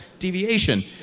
Deviation